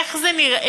איך זה נראה?